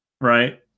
right